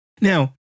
Now